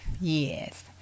yes